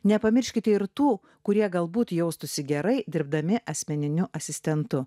nepamirškite ir tų kurie galbūt jaustųsi gerai dirbdami asmeniniu asistentu